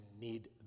need